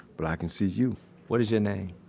but i can see you what is your name?